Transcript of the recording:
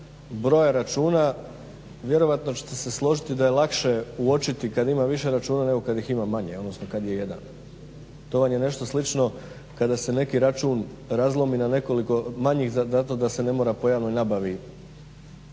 broja računa vjerojatno ćete se složiti da je lakše uočiti kada ima više računa, nego kad ih ima manje, odnosno kad je jedan. To vam je nešto slično kada se neki račun razlomi na nekoliko manjih zato da se ne mora po javnoj nabavi